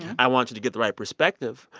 i want you to get the right perspective.